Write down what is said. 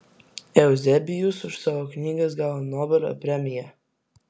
euzebijus už savo knygas gavo nobelio premiją